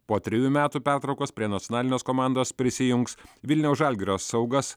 po trijų metų pertraukos prie nacionalinės komandos prisijungs vilniaus žalgirio saugas